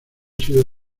sido